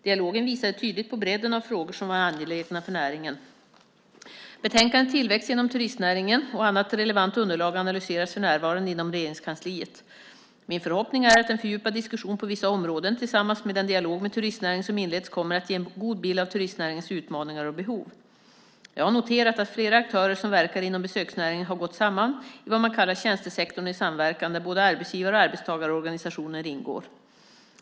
Dialogen visade tydligt på bredden av frågor som var angelägna för näringen. Betänkandet Tillväxt genom turistnäringen och annat relevant underlag analyseras för närvarande inom Regeringskansliet. Min förhoppning är att en fördjupad diskussion på vissa områden, tillsammans med den dialog med turistnäringen som inletts, kommer att ge en god bild av turistnäringens utmaningar och behov. Jag har noterat att flera aktörer som verkar inom besöksnäringen har gått samman i vad man kallar Tjänstesektorn i samverkan där både arbetsgivar och arbetstagarorganisationer ingår.